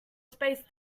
spaced